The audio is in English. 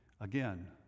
Again